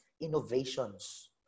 innovations